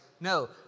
No